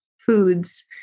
Foods